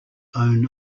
own